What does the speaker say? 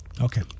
okay